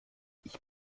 ich